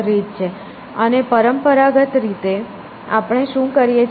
અને પરંપરાગત રીતે આપણે શું કરીએ છીએ